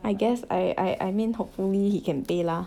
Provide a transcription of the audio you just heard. I guess I I I mean hopefully he can pay lah